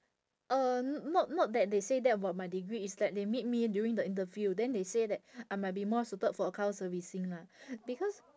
uh not not that they say that about my degree it's that they meet me during the interview then they say that I might be more suited for account servicing lah because